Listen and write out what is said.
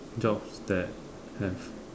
jobs that have